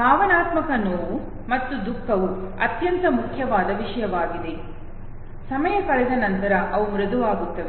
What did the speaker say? ಭಾವನಾತ್ಮಕ ನೋವು ಮತ್ತು ದುಃಖವು ಅತ್ಯಂತ ಮುಖ್ಯವಾದ ವಿಷಯವಾಗಿದೆ ಸಮಯ ಕಳೆದ ನಂತರ ಅವು ಮೃದುವಾಗುತ್ತವೆ